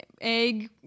egg